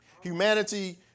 Humanity